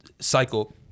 cycle